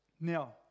Now